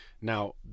Now